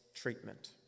treatment